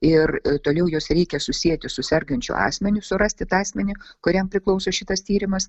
ir toliau juos reikia susieti su sergančiu asmeniu surasti tą asmenį kuriam priklauso šitas tyrimas